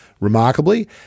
Remarkably